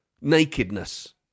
nakedness